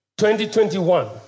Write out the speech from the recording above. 2021